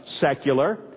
secular